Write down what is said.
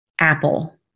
Apple